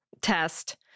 test